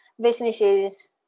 businesses